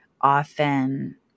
often